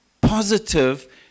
positive